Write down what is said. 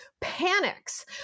panics